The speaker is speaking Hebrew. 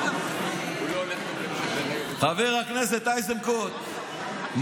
חבר הכנסת איזנקוט,